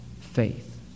faith